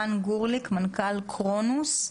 גורליק, מנכ"ל קרונוס.